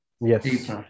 Yes